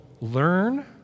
learn